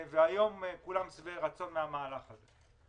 והיום כולם שבעי-רצון מן המהלך הזה.